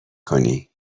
کنی